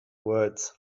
words